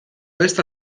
best